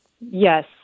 Yes